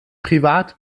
privat